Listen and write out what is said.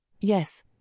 Yes